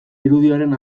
irudiaren